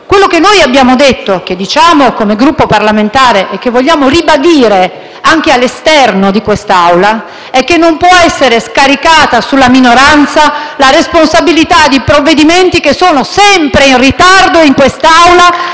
Quello che abbiamo detto e diciamo come Gruppo parlamentare e che vogliamo ribadire anche all'esterno di quest'Aula, è che non può essere scaricata sulla minoranza la responsabilità di provvedimenti che sono sempre in ritardo e vengono